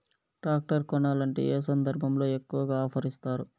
Tractor కొనాలంటే ఏ సందర్భంలో ఎక్కువగా ఆఫర్ ఇస్తారు?